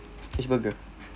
fish burger